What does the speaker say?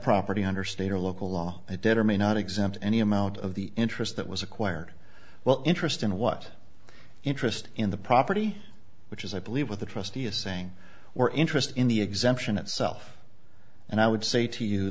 property under state or local law a debtor may not exempt any amount of the interest that was acquired well interest in what interest in the property which is i believe what the trustee is saying or interest in the exemption itself and i would say to you